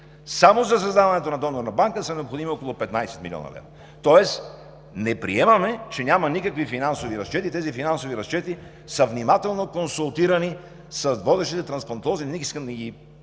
още преди десет години, са необходими около 15 млн. лв., тоест не приемаме, че няма никакви финансови разчети и тези финансови разчети са внимателно консултирани с водещите трансплантолози. Не искам да ги